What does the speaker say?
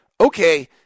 okay